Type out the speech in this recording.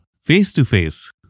face-to-face